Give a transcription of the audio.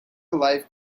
life